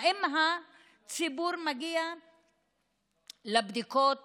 האם הציבור מגיע לבדיקות